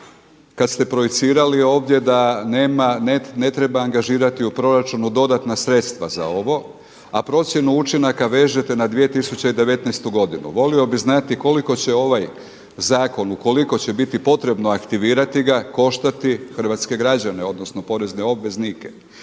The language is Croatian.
kad ste projicirali ovdje da nema, ne treba angažirati u proračunu dodatna sredstva za ovo, a procjenu učinaka vežete na 2019. godinu. Volio bih znati koliko će ovaj zakon ukoliko će biti potrebno aktivirati ga koštati hrvatske građane odnosno porezne obveznike.